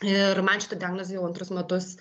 ir man šitą diagnozę jau antrus metus